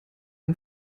ein